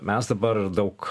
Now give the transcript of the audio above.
mes dabar daug